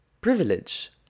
privilege